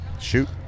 Shoot